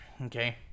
Okay